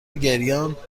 گریانممکنه